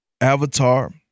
Avatar